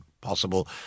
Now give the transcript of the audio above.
possible